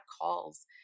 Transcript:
calls